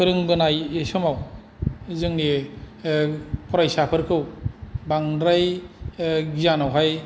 फोरोंबोनाय समाव जोंनि फरायसाफोरखौ बांद्राय गियानावहाय